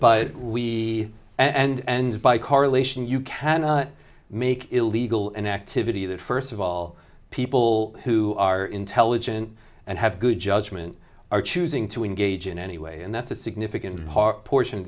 but we and by correlation you cannot make illegal an activity that first of all people who are intelligent and have good judgment are choosing to engage in anyway and that's a significant part portion of